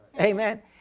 Amen